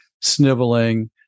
sniveling